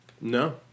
No